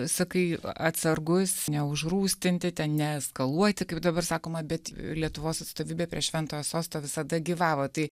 sakai atsargus neužrūstinti ten neeskaluoti kaip dabar sakoma bet lietuvos atstovybė prie šventojo sosto visada gyvavo tai